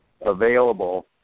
available